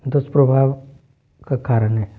दुष्प्रभाव का कारण है